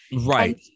right